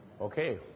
Okay